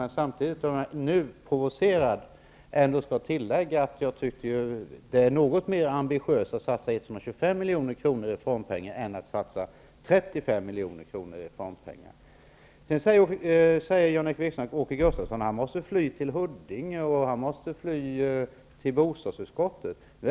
Men jag kan ändå tillägga, när jag har blivit provocerad, att jag tycker att det är något mer ambitiöst att satsa 125 milj.kr. i reformpengar än att satsa 35 milj.kr. i reformpengar. Jan-Erik Wikström sade att jag måste fly till Huddinge och till bostadsutskottet.